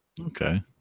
Okay